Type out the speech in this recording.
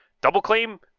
Double-claim